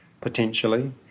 potentially